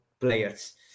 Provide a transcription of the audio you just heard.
players